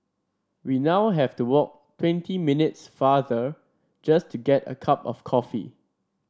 we now have to walk twenty minutes farther just to get a cup of coffee